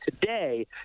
today